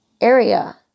area